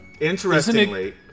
Interestingly